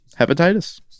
hepatitis